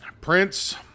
Prince